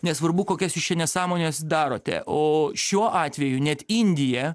nesvarbu kokias nesąmones darote o šiuo atveju net indija